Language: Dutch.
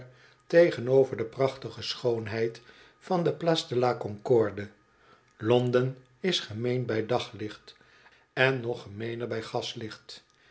tegenover de prachtige schoonheid van do place de la concorde londen is gemeen bij daglicht en nog gemeener bij